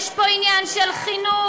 יש פה עניין של חינוך.